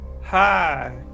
hi